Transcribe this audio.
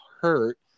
hurt